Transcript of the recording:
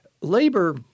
Labor